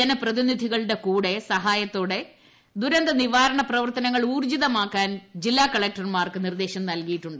ജനപ്രതിനിധികളുടെകൂടെ സഹായത്തോടെ ദുരന്തനിവാരണ പ്രവർത്തനങ്ങൾ ഊർജിതമാക്കാൻ ജില്ലാ കളക്ടർമാർക്ക് നിർദ്ദേശം നൽകിയിട്ടുണ്ട്